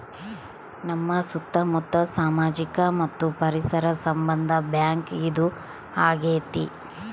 ನಮ್ ಸುತ್ತ ಮುತ್ತ ಸಾಮಾಜಿಕ ಮತ್ತು ಪರಿಸರ ಸಂಬಂಧ ಬ್ಯಾಂಕ್ ಇದು ಆಗೈತೆ